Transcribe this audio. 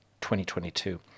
2022